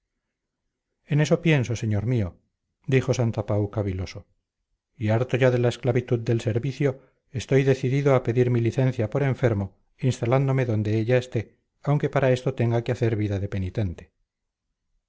en eso pienso señor mío dijo santapau caviloso y harto ya de la esclavitud del servicio estoy decidido a pedir mi licencia por enfermo instalándome donde ella esté aunque para esto tenga que hacer vida de penitente